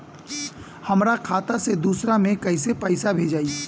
हमरा खाता से दूसरा में कैसे पैसा भेजाई?